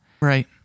Right